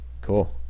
Cool